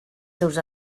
seus